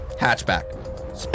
hatchback